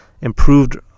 improved